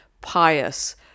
pious